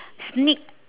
sneak